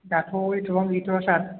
दाथ' एथ'बां गैथ'वा सार